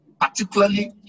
particularly